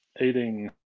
eating